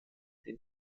den